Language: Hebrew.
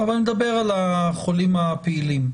אני מדבר על החולים הפעילים.